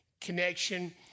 connection